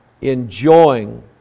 enjoying